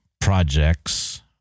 Projects